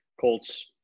Colts